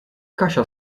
kasia